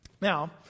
Now